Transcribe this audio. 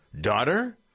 daughter